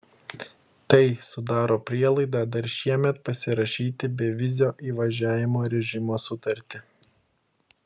tai sudaro prielaidą dar šiemet pasirašyti bevizio įvažiavimo režimo sutartį